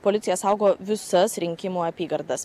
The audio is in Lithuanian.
policija saugo visas rinkimų apygardas